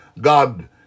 God